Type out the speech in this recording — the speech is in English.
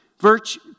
Virtue